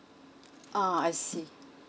uh I see